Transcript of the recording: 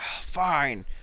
Fine